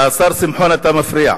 השר שמחון, אתה מפריע.